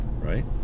right